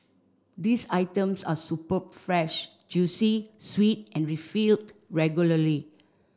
these items are superb fresh juicy sweet and refilled regularly